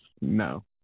no